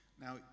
now